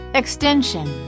extension